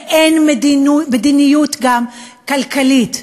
ואין גם מדיניות כלכלית.